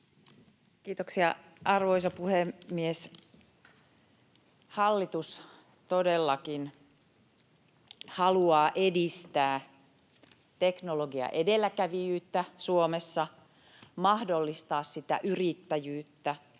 Kiitoksia, arvoisa puhemies! Hallitus todellakin haluaa edistää teknologiaedelläkävijyyttä Suomessa, mahdollistaa sitä yrittäjyyttä